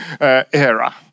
era